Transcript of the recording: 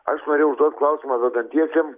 aš norėjau užduot klausimą vedantiesiems